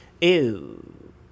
ew